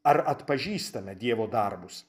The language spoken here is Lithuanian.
ar atpažįstame dievo darbus